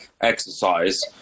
exercise